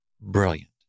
brilliant